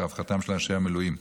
לרווחתם של אנשי המילואים.